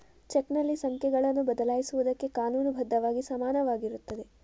ಚೆಕ್ನಲ್ಲಿ ಸಂಖ್ಯೆಗಳನ್ನು ಬದಲಾಯಿಸುವುದಕ್ಕೆ ಕಾನೂನು ಬದ್ಧವಾಗಿ ಸಮಾನವಾಗಿರುತ್ತದೆ